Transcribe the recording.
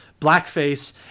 blackface